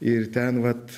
ir ten vat